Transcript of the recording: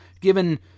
given